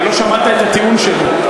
אתה לא שמעת את הטיעון שלי,